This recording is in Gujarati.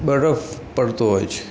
બરફ પડતો હોય છે